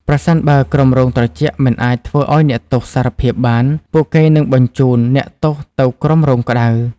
ប្រសិនបើក្រុមរងត្រជាក់មិនអាចធ្វើឱ្យអ្នកទោសសារភាពបាន ពួកគេនឹងបញ្ជូនអ្នកទោសទៅក្រុមរងក្តៅ។